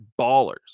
ballers